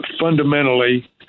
fundamentally